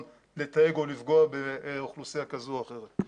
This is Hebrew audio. לתייג או לפגוע באוכלוסייה כזו או אחרת.